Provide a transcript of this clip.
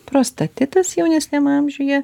prostatitas jaunesniam amžiuje